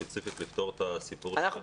ספציפית כדי לפתור את הבעיה של החינוך המיוחד.